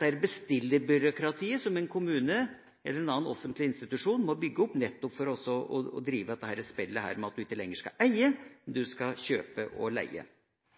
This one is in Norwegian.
det «bestillerbyråkratiet» som en kommune, eller en offentlig institusjon, må bygge opp for å drive nettopp dette spillet hvor en ikke lenger skal eie, men kjøpe og leie.